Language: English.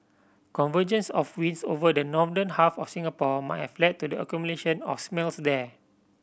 convergence of winds over the northern half of Singapore might have led to the accumulation of smells there